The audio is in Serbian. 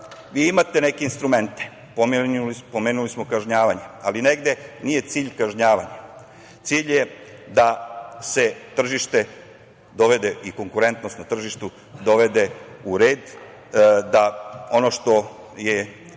vi imate neke instrumente, pomenuli smo kažnjavanje, ali nije cilj kažnjavanje. Cilj je da se tržište i konkurentnost na tržištu dovedu u red, da ono što je